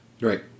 Right